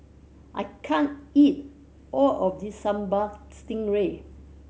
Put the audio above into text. I can't eat all of this Sambal Stingray